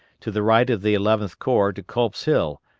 to the right of the eleventh corps to culp's hill,